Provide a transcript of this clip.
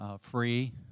free